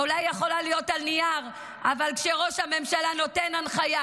היא אולי יכולה להיות על הנייר אבל כשראש הממשלה נותן הנחיה